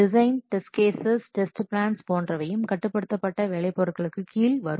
design test cases test plans போன்றவையும் கட்டுப்படுத்தப்பட்ட வேலை பொருட்களுக்கு கீழ்வரும்